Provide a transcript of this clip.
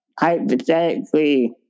hypothetically